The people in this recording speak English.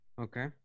okay